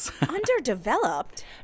Underdeveloped